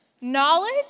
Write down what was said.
Knowledge